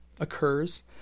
occurs